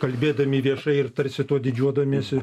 kalbėdami viešai ir tarsi tuo didžiuodamiesi